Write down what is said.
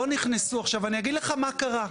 אגיד לך מה קרה.